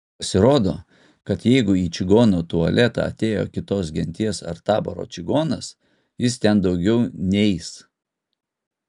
pasirodo kad jeigu į čigono tualetą atėjo kitos genties ar taboro čigonas jis ten daugiau neeis